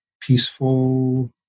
peaceful